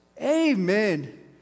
Amen